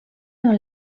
dans